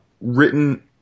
written